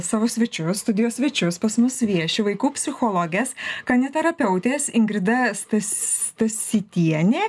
savo svečius studijos svečius pas mus vieši vaikų psichologės kaniterapeutės ingrida stas stasytienė